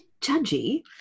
judgy